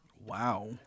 Wow